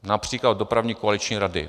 Například dopravní koaliční rady.